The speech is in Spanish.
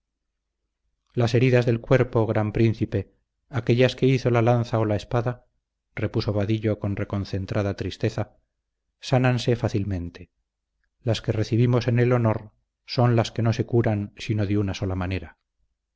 las heridas del cuerpo gran príncipe aquéllas que hizo la lanza o la espada repuso vadillo con reconcentrada tristeza sánanse fácilmente las que recibimos en el honor son las que no se curan sino de una sola manera